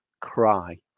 cry